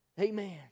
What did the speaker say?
Amen